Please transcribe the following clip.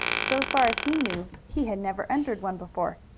so far as he knew he had never entered one before.